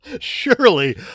Surely